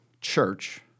church